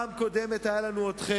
בפעם הקודמת הייתם אתם,